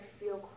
feel